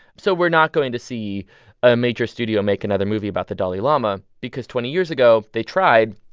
so we're not going to see a major studio make another movie about the dalai lama because twenty years ago, they tried.